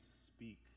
speak